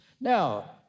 Now